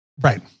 Right